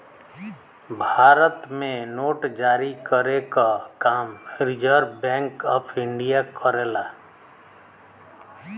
भारत में नोट जारी करे क काम रिज़र्व बैंक ऑफ़ इंडिया करेला